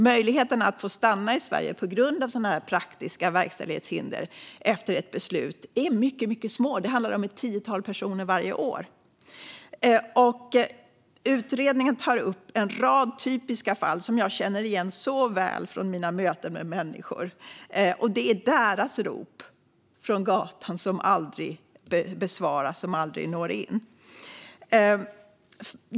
Möjligheterna att få stanna i Sverige på grund av praktiska verkställighetshinder efter ett beslut är mycket små; det handlar om ett tiotal personer varje år. Utredningen tar upp en rad typiska fall som jag känner igen väl från mina möten med människor med praktiska verkställighetshinder. Det är deras rop från gatan som aldrig besvaras och aldrig når in.